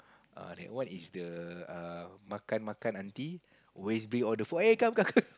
err that one is the err makan makan aunty always bring all the food eh come come come